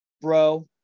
bro